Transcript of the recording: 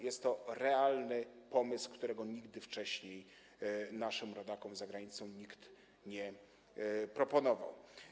Jest to realny pomysł, którego nigdy wcześniej naszym rodakom za granicą nikt nie proponował.